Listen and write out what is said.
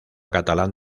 catalán